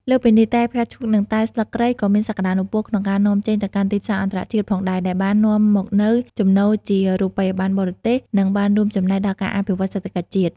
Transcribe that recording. លើសពីនេះ តែផ្កាឈូកនិងតែស្លឹកគ្រៃក៏មានសក្តានុពលក្នុងការនាំចេញ ទៅកាន់ទីផ្សារអន្តរជាតិផងដែរ ដែលបាននាំមកនូវចំណូលជារូបិយប័ណ្ណបរទេស និងបានរួមចំណែកដល់ការអភិវឌ្ឍសេដ្ឋកិច្ចជាតិ។